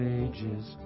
ages